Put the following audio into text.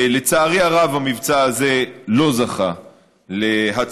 לצערי הרב, המבצע הזה לא זכה להצלחה.